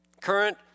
Current